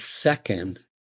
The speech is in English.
second